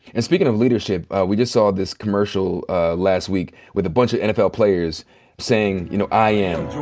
and speakin' of leadership, we just saw this commercial last week, with a bunch of nfl players saying, you know, i am.